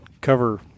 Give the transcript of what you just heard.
cover